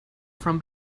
from